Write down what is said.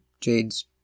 Jade's